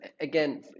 again